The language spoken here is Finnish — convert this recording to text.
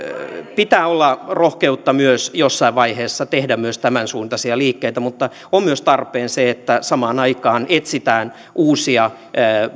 pitää olla rohkeutta jossain vaiheessa tehdä myös tämän suuntaisia liikkeitä mutta on myös tarpeen se että samaan aikaan etsitään uusia